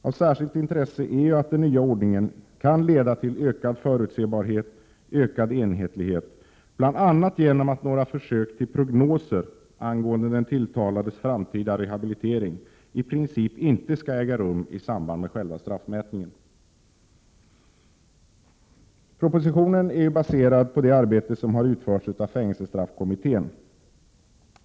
Av särskilt intresse är att den nya ordningen kan leda till ökad förutsebarhet och ökad enhetlighet, bl.a. genom att några försök till prognoser angående den tilltalades framtida rehabilitering i princip inte skall äga rum i samband med själva straffmätningen. Propositionen är baserad på det arbete som har utförts av fängelsestraffkommittén.